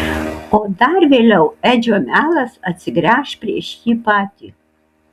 o dar vėliau edžio melas atsigręš prieš jį patį